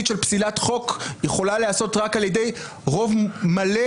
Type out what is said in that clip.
של פסילת חוק יכולה להיעשות רק על ידי רוב מלא,